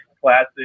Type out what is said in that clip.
classic